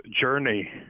journey